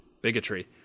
bigotry